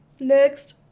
Next